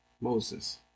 Moses